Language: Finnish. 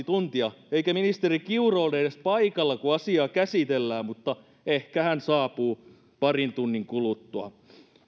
tuntia eikä ministeri kiuru ole edes paikalla kun asiaa käsitellään mutta ehkä hän saapuu parin tunnin kuluttua